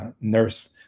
nurse